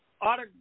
auto